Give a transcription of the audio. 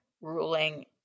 ruling